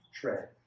tread